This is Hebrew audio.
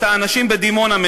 האנשים בדימונה,